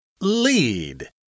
Lead